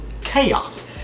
chaos